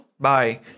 Bye